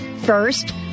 first